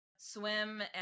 swim